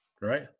right